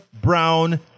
Brown